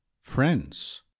friends